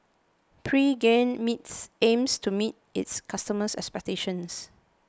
Pregain meets aims to meet its customers' expectations